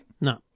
No